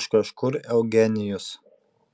iš kažkur eugenijus